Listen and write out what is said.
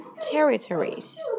territories